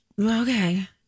Okay